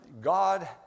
God